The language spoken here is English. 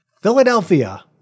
Philadelphia